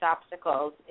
obstacles